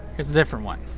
here's a different one.